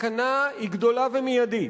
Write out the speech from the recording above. הסכנה היא גדולה ומיידית.